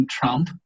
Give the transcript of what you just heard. Trump